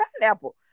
pineapple